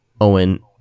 Owen